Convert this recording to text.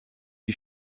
die